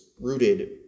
rooted